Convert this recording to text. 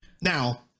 Now